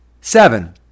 Seven